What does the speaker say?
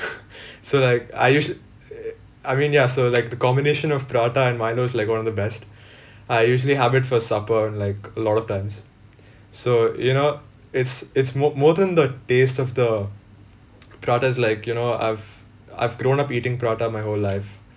so like I usua~ err I mean ya so like the combination of prata and Milo's like one of the best I usually have it for supper and like a lot of times so you know it's it's more more than the taste of the prata is like you know I've I've grown up eating prata my whole life